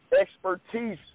expertise